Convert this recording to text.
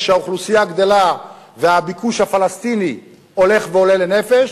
כשהאוכלוסייה גדלה והביקוש הפלסטיני הולך ועולה לנפש,